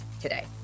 today